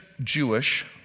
Jewish